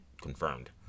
confirmed